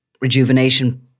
rejuvenation